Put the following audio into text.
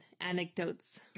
anecdotes